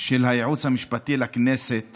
של הייעוץ המשפטי לכנסת